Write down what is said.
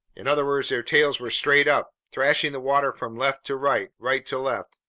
in other words, their tails were straight up, thrashing the water from left to right, right to left.